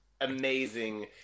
amazing